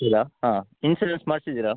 ಇದ ಹಾಂ ಇನ್ಸುರೆನ್ಸ್ ಮಾಡ್ಸಿದ್ದೀರ